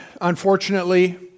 unfortunately